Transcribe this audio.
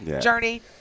Journey